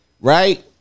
Right